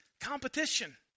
Competition